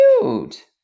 cute